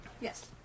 Yes